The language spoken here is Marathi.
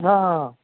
हा